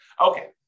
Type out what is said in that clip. Okay